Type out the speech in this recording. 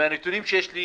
מהנתונים שיש לי,